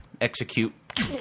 execute